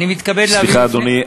אני מתכבד להביא, סליחה, אדוני.